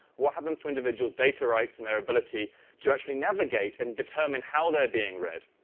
what happens to individuals' data rights and their ability to actually navigate and determine how they're being read?